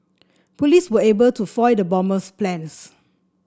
police were able to foil the bomber's plans